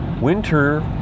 Winter